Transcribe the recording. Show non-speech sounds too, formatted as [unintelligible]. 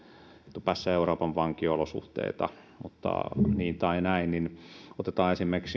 etupäässä euroopan vankilaolosuhteita mutta niin tai näin otetaan esimerkiksi [unintelligible]